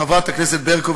חברת הכנסת ברקו?